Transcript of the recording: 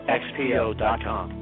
xpo.com